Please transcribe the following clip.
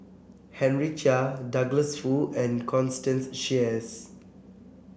Henry Chia Douglas Foo and Constance Sheares